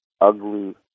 ugly